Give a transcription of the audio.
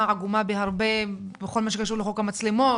עגומה בהרבה בכל מה שקשור לחוק המצלמות,